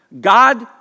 God